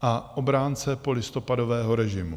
a obránce polistopadového režimu.